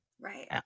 Right